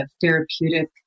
therapeutic